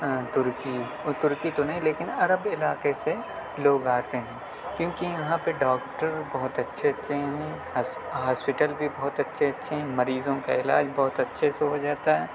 ترکی اور ترکی تو نہیں لیکن عرب علاقے سے لوگ آتے ہیں کیوں کہ یہاں پہ ڈاکٹر بہت اچھے اچھے ہیں ہاسپٹل بھی بہت اچھے اچھے ہیں مریضوں کا علاج بہت اچھے سے ہو جاتا ہے